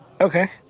Okay